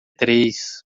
três